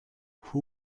who